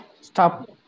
stop